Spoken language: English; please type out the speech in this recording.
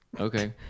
Okay